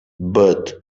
but